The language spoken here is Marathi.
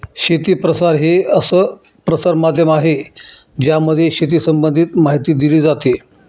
शेती प्रसार हे असं प्रसार माध्यम आहे ज्यामध्ये शेती संबंधित माहिती दिली जाते